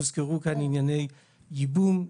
הוזכרו כאן ענייני ייבום,